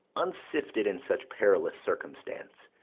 unsifted in such perilous circumstance.